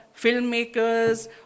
filmmakers